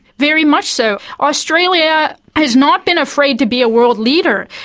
very much so. australia has not been afraid to be a world leader.